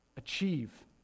achieve